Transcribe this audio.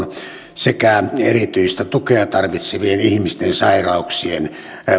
sekä erityistä tukea tarvitsevien ihmisten sairauksien